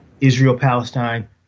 Israel-Palestine